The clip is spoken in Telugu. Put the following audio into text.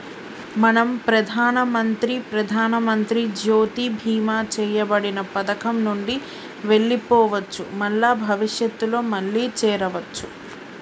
మనం ప్రధానమంత్రి ప్రధానమంత్రి జ్యోతి బీమా చేయబడిన పథకం నుండి వెళ్లిపోవచ్చు మల్ల భవిష్యత్తులో మళ్లీ చేరవచ్చు